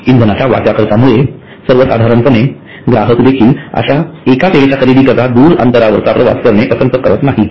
इंधनाच्या वाढत्या खर्चामुळे साधारणपणे ग्राहक देखील एका सेवेच्या खरेदीकरिता दूर अंतराचा प्रवास करणे पसंद करत नाहीत